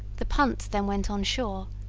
the punt then went on shore,